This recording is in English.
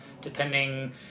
depending